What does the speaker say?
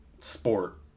sport